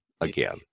again